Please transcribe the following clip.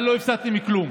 אבל לא הפסדתם כלום.